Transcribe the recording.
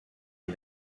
est